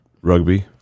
rugby